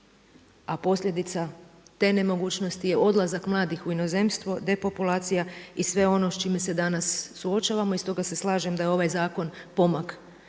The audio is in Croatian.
a posljedica te nemogućnosti je odlazak mladih u inozemstvo, depopulacija i sve ono s čime se danas suočavamo. I stoga se slažem da je ovaj zakon pomak,